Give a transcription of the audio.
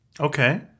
Okay